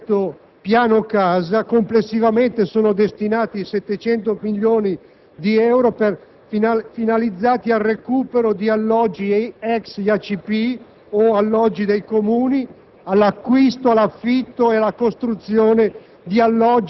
Più nel dettaglio, voglio ricordare il cosiddetto piano‑casa, cui complessivamente sono destinati 700 milioni di euro, finalizzati al recupero di alloggi ex IACP o dei Comuni,